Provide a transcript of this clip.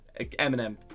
Eminem